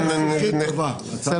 תודה.